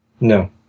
No